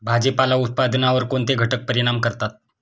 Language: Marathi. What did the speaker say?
भाजीपाला उत्पादनावर कोणते घटक परिणाम करतात?